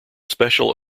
special